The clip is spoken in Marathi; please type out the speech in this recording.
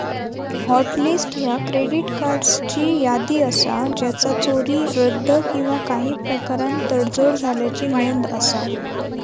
हॉट लिस्ट ह्या क्रेडिट कार्ड्सची यादी असा ज्याचा चोरी, रद्द किंवा काही प्रकारान तडजोड झाल्याची नोंद असा